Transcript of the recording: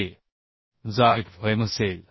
वजाFmअसेल